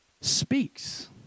speaks